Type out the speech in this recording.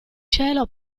cielo